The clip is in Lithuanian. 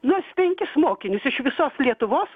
nors penkis mokinius iš viso lietuvos